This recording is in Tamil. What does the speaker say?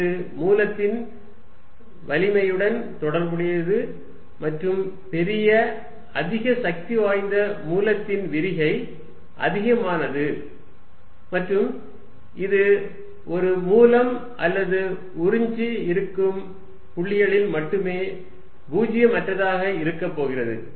இது மூலத்தின் வலிமையுடன் தொடர்புடையது மற்றும் பெரிய அதிக சக்திவாய்ந்த மூலத்தின் விரிகை அதிகமானது மற்றும் இது ஒரு மூலம் அல்லது உறிஞ்சு இருக்கும் புள்ளிகளில் மட்டுமே பூஜ்ஜியம் அற்றதாக இருக்கப் போகிறது